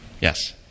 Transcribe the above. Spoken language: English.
Yes